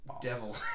Devil